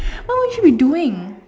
what would you be doing